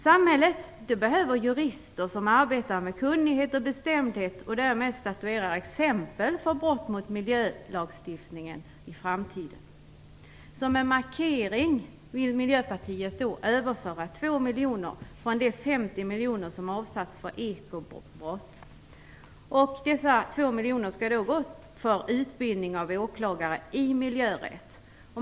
Samhället behöver jurister som arbetar med kunnighet och bestämdhet och som därmed statuerar exempel för brott mot miljölagstiftningen i framtiden. Som en markering vill Miljöpartiet överföra 2 miljoner från de 50 miljoner som är avsatta för ekobrott. Dessa 2 miljoner skall gå för utbildning av åklagare i miljörätt.